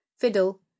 Fiddle